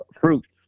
Fruits